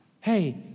Hey